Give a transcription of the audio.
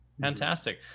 Fantastic